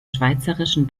schweizerischen